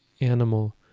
animal